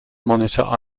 monitor